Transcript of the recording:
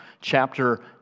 chapter